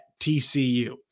TCU